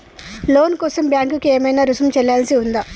లోను కోసం బ్యాంక్ కి ఏమైనా రుసుము చెల్లించాల్సి ఉందా?